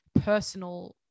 personal